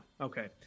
Okay